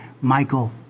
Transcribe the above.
Michael